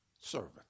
Servant